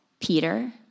Peter